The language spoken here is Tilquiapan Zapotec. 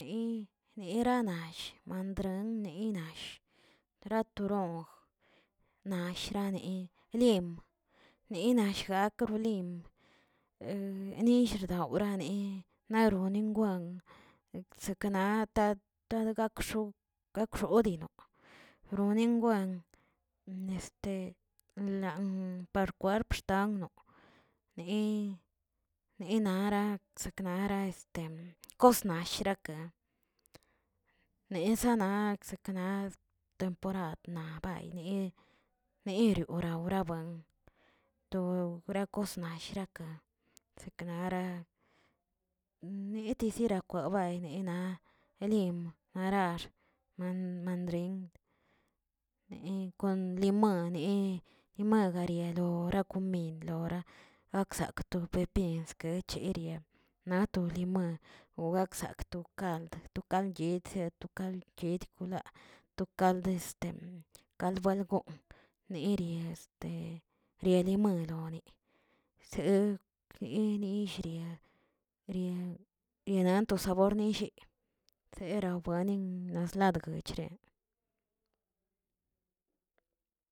Yi neranash mandray neynash, dratoron nashrane lim lina shrak lim nillꞌ llrawnane naronin ngwan chsekꞌna' ta gak x̱op gak x̱oodii no, roninguwen lan par kwerp xtano ne nenara ksaknara este kosna shirakə, nesana sekna temporad na bayni- nii riora rabuen to gra cos naꞌ shiraka siknara nieta sirakwabay nena limə narax man- mandrin ne kon lomonəe ne yimariaguedo ra komin lora aksak to pepin skacheria na to limon wo gaksakꞌ to kald to kadl yetzi to kald guedkolaa to kald este kald bal goon niria este rie limonone se rie- rie- rie rienanto sabornillii será buaning zlagdochre.